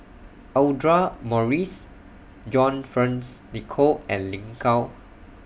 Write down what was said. Audra Morrice John Fearns Nicoll and Lin Gao